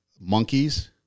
monkeys